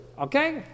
Okay